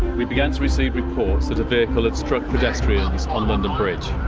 we began to receive reports that a vehicle had struck pedestrians on london bridge.